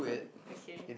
okay